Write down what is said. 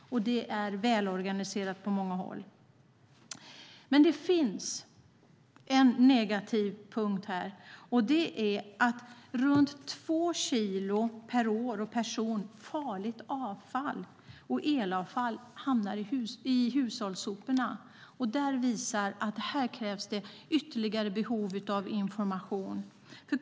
Det är välorganiserat på många håll. Men det finns en negativ punkt här, nämligen att runt två kilo farligt avfall och elavfall per person och år hamnar i hushållssoporna. Det visar att det krävs ytterligare behov av information.